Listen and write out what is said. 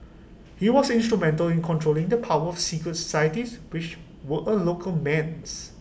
he was instrumental in controlling the power of secret societies which were A local menace